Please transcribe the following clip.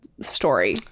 story